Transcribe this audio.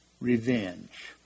revenge